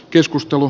keskustelu